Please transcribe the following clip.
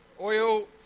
Oil